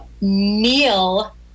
meal